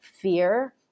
fear